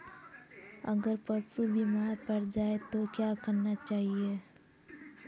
अगर पशु बीमार पड़ जाय तो क्या करना चाहिए?